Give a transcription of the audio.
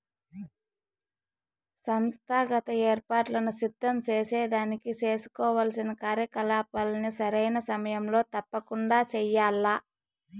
సంస్థాగత ఏర్పాట్లను సిద్ధం సేసేదానికి సేసుకోవాల్సిన కార్యకలాపాల్ని సరైన సమయంలో తప్పకండా చెయ్యాల్ల